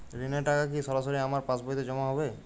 ঋণের টাকা কি সরাসরি আমার পাসবইতে জমা হবে?